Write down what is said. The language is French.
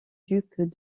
duc